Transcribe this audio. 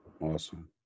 Awesome